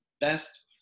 best